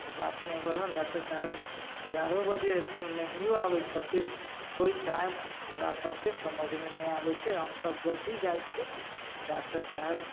बात नहि होल हन डॉक्टर साहब एगारहो बजे अएथिन नहिओ आबै छथिन कोइ टाइम हमरा सभके समझमे नहि आबै छै हमसभ जब भी जाइ छिए तऽ डॉक्टर साहब